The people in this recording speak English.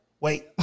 Wait